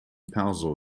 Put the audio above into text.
perso